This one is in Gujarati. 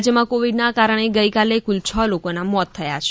રાજ્યમાં કોવિડના કારણે ગઇકાલે કુલ છ લોકોના મોત થયા છે